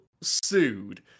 sued